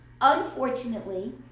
Unfortunately